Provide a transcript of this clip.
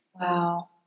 Wow